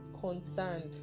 concerned